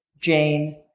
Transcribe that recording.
Jane